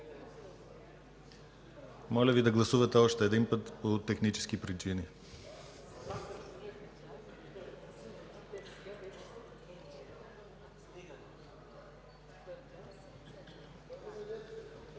Моля Ви да гласувате още веднъж по технически причини.